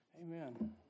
Amen